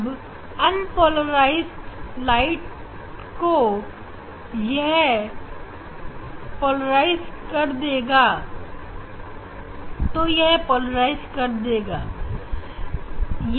जब unpolarise light इस यंत्र से गुजरेगी तो यह उसको पोलराइज कर देगा